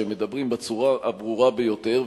שהם מדברים בצורה הברורה ביותר,